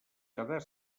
quedar